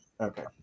Okay